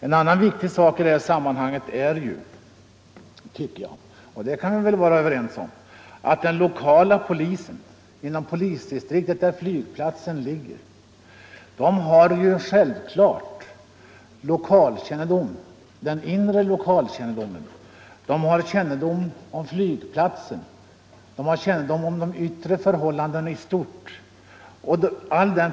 En annan viktig sak i sammanhanget är — och det kan vi vara överens om =— att den lokala polisen inom det polisdistrikt där flygplatsen ligger självfallet har den inre lokalkännedomen. Den känner flygplatsen, den känner de yttre förhållandena i stort.